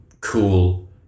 cool